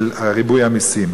של ריבוי המסים.